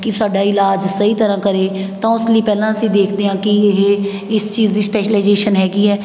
ਕਿ ਸਾਡਾ ਇਲਾਜ ਸਹੀ ਤਰ੍ਹਾਂ ਕਰੇ ਤਾਂ ਉਸ ਲਈ ਪਹਿਲਾਂ ਅਸੀਂ ਦੇਖਦੇ ਹਾਂ ਕਿ ਇਹ ਇਸ ਚੀਜ਼ ਦੀ ਸਪੈਸ਼ਲਾਈਜੇਸ਼ਨ ਹੈਗੀ ਹੈ